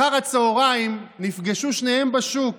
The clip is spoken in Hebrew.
אחר הצוהריים נפגשו שניהם בשוק